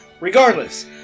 Regardless